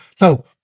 No